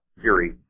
Fury